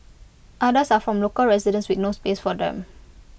others are from local residents with no space for them